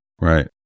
Right